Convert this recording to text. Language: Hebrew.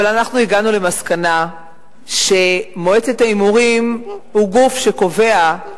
אבל אנחנו הגענו למסקנה שמועצת ההימורים הוא גוף שקובע,